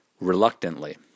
reluctantly